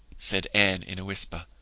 said anne, in a whisper,